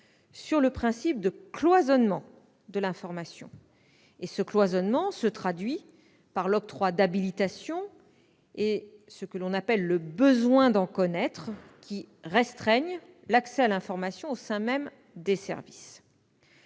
sur le principe de cloisonnement de l'information. Ce cloisonnement se traduit par l'octroi d'habilitations et ce que l'on appelle le « besoin d'en connaître », qui restreignent l'accès à l'information au sein même des services.